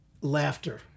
laughter